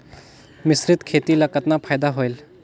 मिश्रीत खेती ल कतना फायदा होयल?